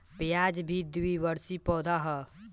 प्याज भी द्विवर्षी पौधा हअ